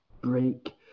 break